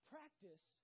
Practice